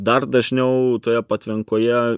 dar dažniau toje patvenkoje